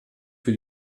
für